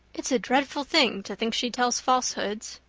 it's a dreadful thing to think she tells falsehoods.